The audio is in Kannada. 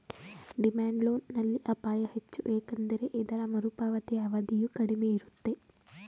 ಡಿಮ್ಯಾಂಡ್ ಲೋನ್ ನಲ್ಲಿ ಅಪಾಯ ಹೆಚ್ಚು ಏಕೆಂದರೆ ಇದರ ಮರುಪಾವತಿಯ ಅವಧಿಯು ಕಡಿಮೆ ಇರುತ್ತೆ